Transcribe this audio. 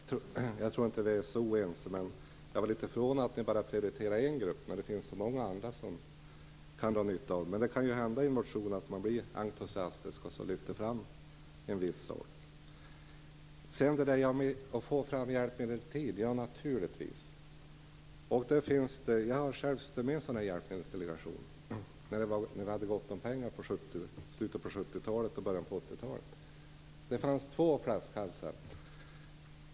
Herr talman! Jag tror inte att vi är särskilt oense, men jag blev litet förvånad över att ni bara prioriterar en grupp när det finns så många andra som kan dra nytta av detta. I en motion kan det ju förstås hända att man blir entusiastisk och lyfter fram en viss sak. Naturligtvis bör man få fram hjälpmedel i tid. Jag har själv suttit med i en hjälpmedelsdelegation i slutet av 70-talet och början av 80-talet då vi hade gott om pengar. Det fanns två flaskhalsar.